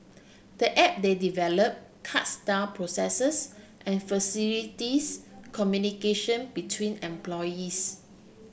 the app they develop cuts down processes and facilities communication between employees